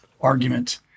argument